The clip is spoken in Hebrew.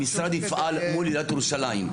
המשרד יפעל מול עיריית ירושלים,